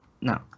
no